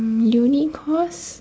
uni course